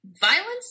violence